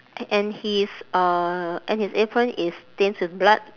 and his uh and his apron is stains with blood